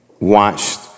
Watched